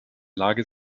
lage